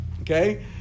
Okay